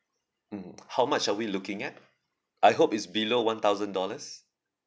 mmhmm how much are we looking at I hope it's below one thousand dollars